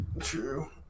True